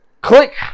click